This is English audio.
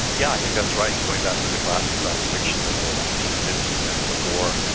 yeah i think that's right, going back to the classic science fiction of the nineteen fifty s and before,